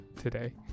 today